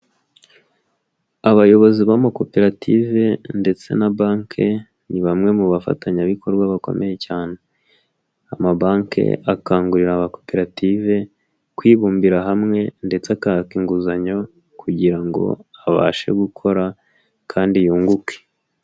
Abayobozi b'amakoperative ndetse na banki ni bamwe mu bafatanyabikorwa bakomeye cyane. Amabanki akangurira amakoperative kwibumbira hamwe ndetse akaka inguzanyo kugira ngo abashe gukora kandi yunguke.